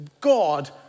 God